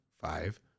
five